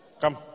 Come